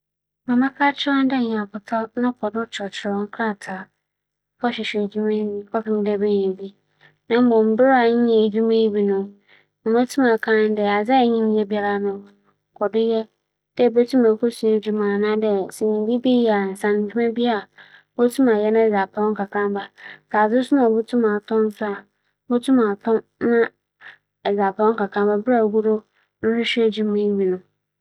Sɛ me nyɛnko bi ewie esuapͻn na onnya edwuma yɛ a, afotu a medze bɛma no nye dɛ, odzi kan no ͻwͻ dɛ ͻhwehwɛ dɛ ͻbɛbɛn nkorͻfo a wobotum aboa no bi nye hͻn a ͻnye hͻn kͻr skuul, n'akyerɛkyerɛfo n'adze. ͻno ekyir no, ͻwͻ dɛ ͻhwɛ dɛ obosua nsaano edwuma bi osiandɛ nsaano dwuma ayɛ adze a ͻdze sika ba papaapa yie, Iyi nye afotu a medze bɛma no.